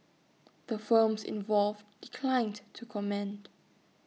the firms involved declined to comment